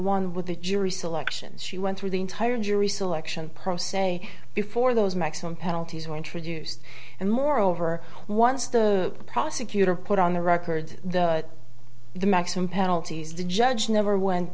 one with the jury selection she went through the entire jury selection process a before those maximum penalties were introduced and moreover once the prosecutor put on the record the maximum penalties the judge never went